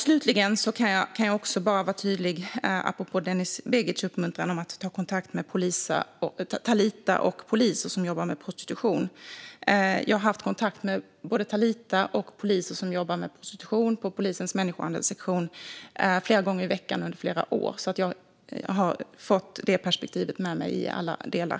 Slutligen, apropå Denis Begics uppmaning att kontakta Talita och poliser som jobbar med prostitution, kan jag också vara tydlig med att jag har haft kontakt med både Talita och poliser som jobbar med prostitution på polisens människohandelssektion flera gånger i veckan under flera år. Jag har fått med mig det perspektivet i alla delar.